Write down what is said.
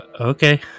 Okay